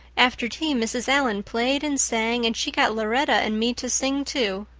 after tea mrs. allan played and sang and she got lauretta and me to sing too.